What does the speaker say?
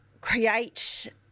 create